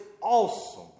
awesome